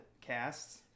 casts